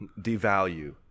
devalue